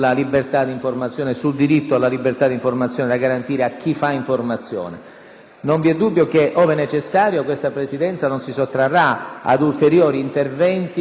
Non vi è dubbio che, ove necessario, questa Presidenza non si sottrarrà ad ulteriori interventi in occasione dei quali manifesterà la propria preoccupazione e cercherà,